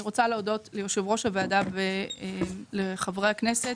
אני רוצה להודות ליושב-ראש הוועדה ולחברי הכנסת.